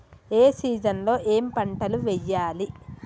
ఏ season లో ఏం పంటలు వెయ్యాలి?